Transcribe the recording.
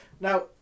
Now